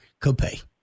copay